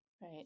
right